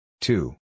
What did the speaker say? Two